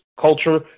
culture